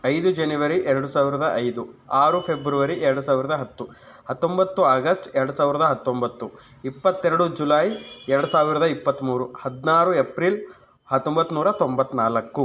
ಐದು ಜನವರಿ ಎರಡು ಸಾವಿರದ ಐದು ಆರು ಫೆಬ್ರವರಿ ಎರಡು ಸಾವಿರದ ಹತ್ತು ಹತ್ತೊಂಬತ್ತು ಆಗಸ್ಟ್ ಎರಡು ಸಾವಿರದ ಹತ್ತೊಂಬತ್ತು ಇಪ್ಪತ್ತೆರಡು ಜುಲೈ ಎರಡು ಸಾವಿರದ ಇಪ್ಪತ್ಮೂರು ಹದಿನಾರು ಎಪ್ರಿಲ್ ಹತ್ತೊಂಬತ್ನೂರ ತೊಂಬತ್ನಾಲಕ್ಕು